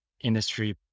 industry